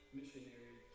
missionary